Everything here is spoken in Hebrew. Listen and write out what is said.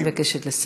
אני מבקשת לסיים.